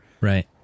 Right